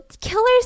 killers